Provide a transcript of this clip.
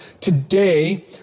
Today